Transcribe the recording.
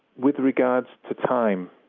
with regards to time,